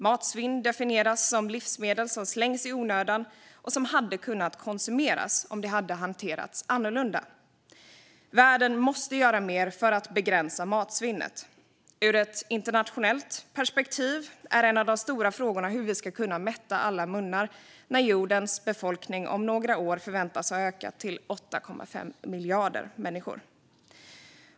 Matsvinn definieras som livsmedel som slängs i onödan och som hade kunnat konsumeras om de hade hanterats annorlunda. Världen måste göra mer för att begränsa matsvinnet. Ur ett internationellt perspektiv är en av de stora frågorna hur vi ska kunna mätta alla munnar när jordens befolkning om några år förväntas ha ökat till 8,5 miljarder människor.